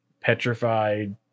petrified